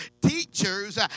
teachers